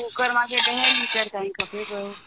cooker मांखे ॾहें litre ताईं खपे पियो